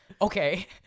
Okay